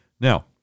Now